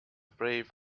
brave